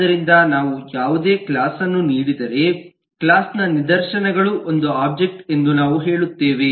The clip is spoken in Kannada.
ಆದ್ದರಿಂದ ನಾವು ಯಾವುದೇ ಕ್ಲಾಸ್ ಅನ್ನು ನೀಡಿದರೆ ಕ್ಲಾಸ್ ನ ನಿದರ್ಶನಗಳು ಒಂದು ಒಬ್ಜೆಕ್ಟ್ ಎಂದು ನಾವು ಹೇಳುತ್ತೇವೆ